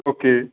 okay